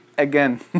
Again